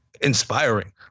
inspiring